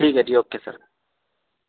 ٹھیک ہے جی او کے سر